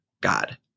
God